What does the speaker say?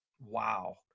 Wow